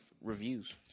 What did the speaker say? reviews